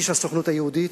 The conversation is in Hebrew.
איש הסוכנות היהודית,